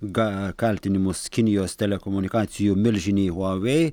ga kaltinimus kinijos telekomunikacijų milžinei huawei